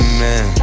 Amen